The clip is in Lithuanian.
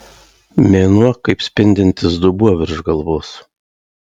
mėnuo kaip spindintis dubuo virš galvos